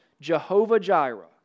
Jehovah-Jireh